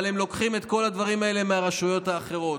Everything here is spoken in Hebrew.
אבל הם לוקחים את כל הדברים האלה מהרשויות האחרות.